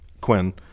Quinn